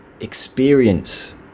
experience